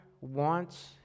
wants